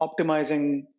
optimizing